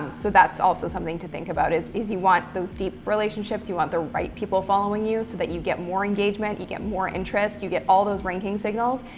so that's also something to think about, is is you want those deep relationships. you want the right people following you, so that you get more engagement, you get more interest, you get all those ranking signals,